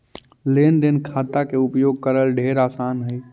लेन देन खाता के उपयोग करल ढेर आसान हई